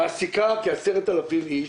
שמעסיקה כ-10,000 אנשים,